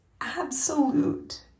absolute